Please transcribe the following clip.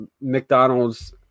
mcdonald's